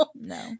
no